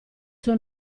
suo